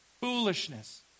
Foolishness